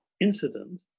incident